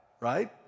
right